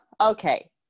okay